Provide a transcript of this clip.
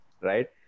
right